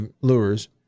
lures